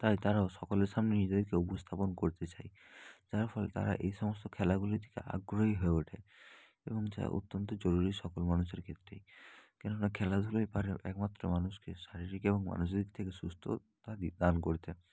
তাই তারাও সকলের সামনে নিজেদেরকে উপস্থাপন করতে চায় যার ফলে তারা এই সমস্ত খেলাগুলি থেকে আগ্রহী হয়ে ওঠে এবং যা অত্যন্ত জরুরি সকল মানুষের ক্ষেত্রেই কেননা খেলাধূলাই পারে একমাত্র মানুষকে শারীরিক এবং মানসিক দিক থেকে সুস্থতা দান করতে